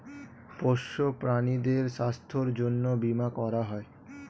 পোষ্য প্রাণীদের স্বাস্থ্যের জন্যে বীমা করা হয়